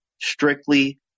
strictly